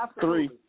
Three